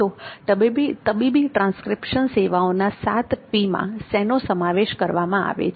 તો તબીબી ટ્રાંસ્ક્રિપ્શન સેવાઓના 7 P મા શેનો સમાવેશ કરવામાં આવે છે